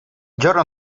giorno